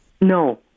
No